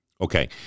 Okay